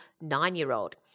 nine-year-old